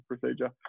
procedure